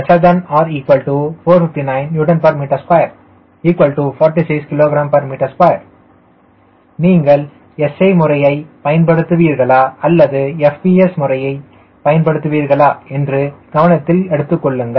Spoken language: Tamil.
2 WSstall≤ 459N m246 kgm2 நீங்கள் SI முறையில் கணக்கிடுகிறீர்களா அல்லது FPS முறையில் கணக்கிடகிறீர்களா என்று கவனியுங்கள்